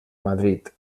madrid